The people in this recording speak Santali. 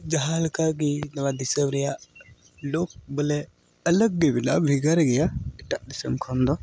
ᱡᱟᱦᱟᱸ ᱞᱮᱠᱟ ᱜᱮ ᱱᱚᱣᱟ ᱫᱤᱥᱚᱢ ᱨᱮᱭᱟᱜ ᱞᱳᱠ ᱵᱚᱞᱮ ᱟᱞᱟᱜᱽ ᱜᱮ ᱢᱮᱱᱟᱜᱼᱟ ᱵᱷᱮᱜᱟᱨ ᱜᱮᱭᱟ ᱮᱴᱟᱜ ᱫᱤᱥᱚᱢ ᱠᱷᱚᱱ ᱫᱚ